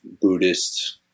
Buddhist